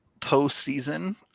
postseason